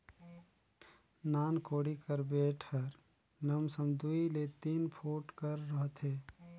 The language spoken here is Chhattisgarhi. नान कोड़ी कर बेठ हर लमसम दूई ले तीन फुट कर रहथे